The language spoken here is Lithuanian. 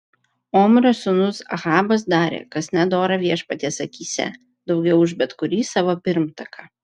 omrio sūnus ahabas darė kas nedora viešpaties akyse daugiau už bet kurį savo pirmtaką